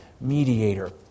mediator